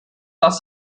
das